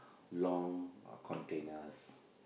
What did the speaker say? long containers